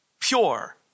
Pure